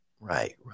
Right